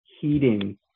heating